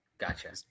Gotcha